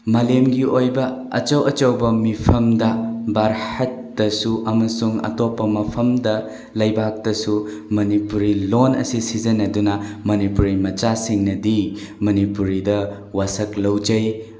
ꯃꯥꯂꯦꯝꯒꯤ ꯑꯣꯏꯕ ꯑꯆꯧ ꯑꯆꯧꯕ ꯃꯤꯐꯝꯗ ꯚꯥꯔꯠꯇꯁꯨ ꯑꯃꯁꯨꯡ ꯑꯇꯣꯞꯄ ꯃꯐꯝꯗ ꯂꯩꯕꯥꯛꯇꯁꯨ ꯃꯅꯤꯄꯨꯔꯤ ꯂꯣꯜ ꯑꯁꯤ ꯁꯤꯖꯤꯟꯅꯗꯨꯅ ꯃꯅꯤꯄꯨꯔꯤ ꯃꯆꯥꯁꯤꯡꯅꯗꯤ ꯃꯅꯤꯄꯨꯔꯤꯗ ꯋꯥꯁꯛ ꯂꯧꯖꯩ